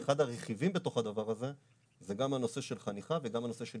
ואחד הרכיבים בתוך הדבר הזה זה גם הנושא של חניכה וגם הנושא של